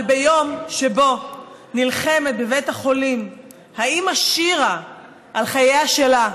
אבל ביום שבו נלחמת בבית החולים האימא שירה על חייה שלה,